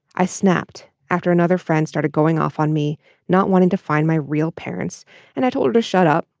i snapped after another friend started going off on me not wanting to find my real parents and i told to shut up.